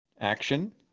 action